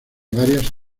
varias